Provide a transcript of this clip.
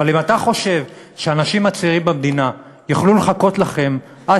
אבל אם אתה חושב שהאנשים הצעירים במדינה יוכלו לחכות לכם עד